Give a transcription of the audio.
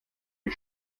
wie